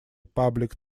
public